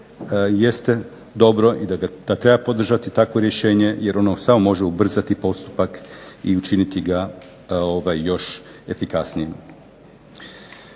jeste dobro i da treba podržati takvo rješenje jer ono samo može ubrzati postupak i učiniti ga još efikasnijim.